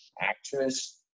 actress